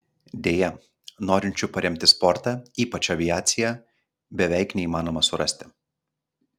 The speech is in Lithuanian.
deja norinčių paremti sportą ypač aviaciją beveik neįmanoma surasti